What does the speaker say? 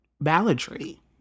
balladry